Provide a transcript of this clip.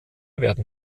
werden